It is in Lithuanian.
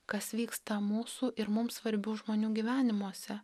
kas vyksta mūsų ir mums svarbių žmonių gyvenimuose